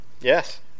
Yes